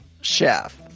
chef